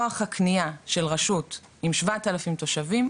כוח הקנייה של רשות עם 7,000 תושבים,